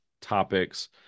topics